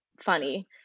funny